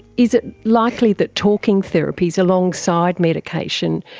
is it likely that talking therapies, alongside medication,